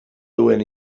duen